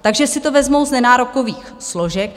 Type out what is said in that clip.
Takže si to vezmou z nenárokových složek.